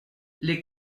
les